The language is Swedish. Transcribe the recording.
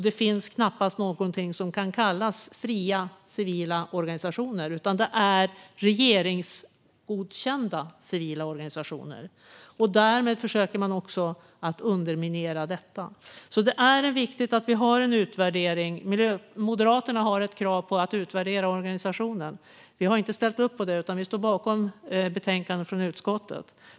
Det finns knappast någonting som kan kallas fria civila organisationer, utan det är regeringsgodkända civila organisationer. Därmed försöker man också underminera detta. Det är alltså viktigt att vi har en utvärdering. Moderaterna har ett krav på att utvärdera organisationen. Vi har inte ställt upp på det utan står bakom betänkandet från utskottet.